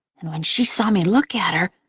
and when she saw me look at her,